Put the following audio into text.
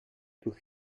durch